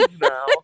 now